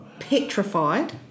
petrified